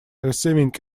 receiving